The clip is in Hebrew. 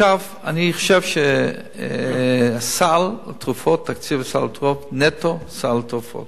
אני חושב שתקציב סל התרופות, נטו סל תרופות.